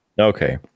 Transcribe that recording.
okay